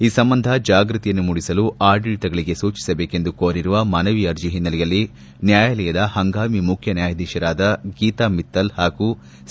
ಈ ಸಂಬಂಧ ಜಾಗ್ಸತಿಯನ್ನು ಮೂಡಿಸಲು ಆಡಳಿತಗಳಿಗೆ ಸೂಚಿಸಬೇಕೆಂದು ಕೋರಿರುವ ಮನವಿ ಅರ್ಜಿ ಹಿನ್ನೆಲೆಯಲ್ಲಿ ನ್ನಾಯಾಲಯದ ಹಂಗಾಮಿ ಮುಖ್ಯ ನ್ಯಾಯಾಧೀಶರಾದ ಗೀತಾ ಮಿತ್ತಲ್ ಹಾಗೂ ಸಿ